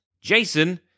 Jason